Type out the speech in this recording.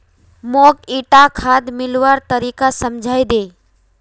मौक ईटा खाद मिलव्वार तरीका समझाइ दे